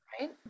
right